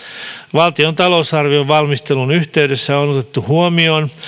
valtion talousarvion valmistelun yhteydessä on otettu huomioon